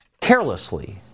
carelessly